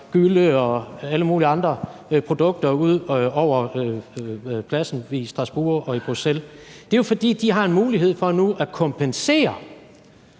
gylle og alle mulige andre produkter ud over pladsen i Strasbourg og i Bruxelles, er det, fordi de har en mulighed for at kompensere